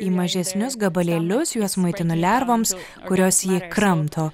į mažesnius gabalėlius juos maitinu lervoms kurios jį kramto